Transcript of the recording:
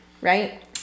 right